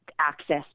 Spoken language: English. access